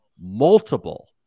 multiple